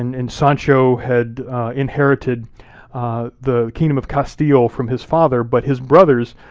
and and sancho had inherited the kingdom of castile from his father, but his brothers,